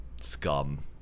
scum